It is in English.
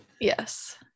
Yes